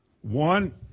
One